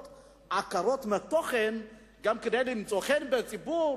עקרות מתוכן גם כדי למצוא חן בציבור